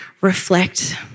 reflect